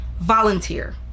volunteer